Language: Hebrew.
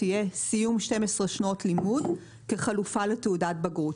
ותהיה סיום 12 שנות לימוד כחלופה לתעודת בגרות.